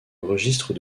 registre